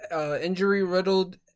injury-riddled